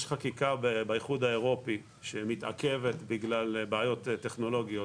יש חקיקה באיחוד האירופי שמתעכבת בגלל בעיות טכנולוגיות.